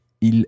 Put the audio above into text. il